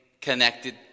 connected